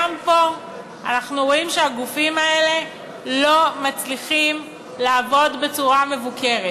גם פה אנחנו רואים שהגופים האלה לא מצליחים לעבוד בצורה מבוקרת.